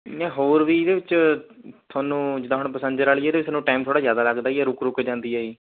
ਨਹੀਂ ਹੋਰ ਵੀ ਇਹਦੇ ਵਿੱਚ ਤੁਹਾਨੂੰ ਜਿੱਦਾਂ ਹੁਣ ਪੇਸੈਜਰ ਵਾਲੀ ਆ ਇਹਦੇ 'ਚ ਤੁਹਾਨੂੰ ਟਾਈਮ ਥੋੜ੍ਹਾ ਜ਼ਿਆਦਾ ਲੱਗਦਾ ਜੀ ਇਹ ਰੁਕ ਰੁਕ ਕੇ ਜਾਂਦੀ ਆ ਜੀ